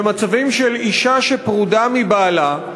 במצבים של אישה שפרודה מבעלה,